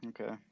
Okay